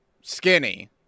skinny